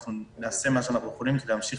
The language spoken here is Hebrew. אנחנו נעשה מה אנחנו יכולים כדי להמשיך